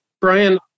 Brian